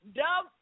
dub